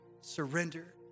surrender